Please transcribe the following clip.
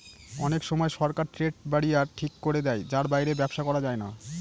অনেক সময় সরকার ট্রেড ব্যারিয়ার ঠিক করে দেয় যার বাইরে ব্যবসা করা যায় না